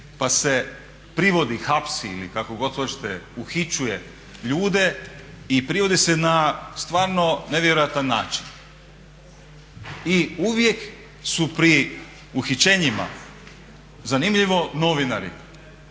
pa se privodi, hapsi ili kako god hoćete, uhićuje ljude i privodi se na stvarno nevjerojatan način. I uvijek su pri uhićenjima zanimljivo novinari.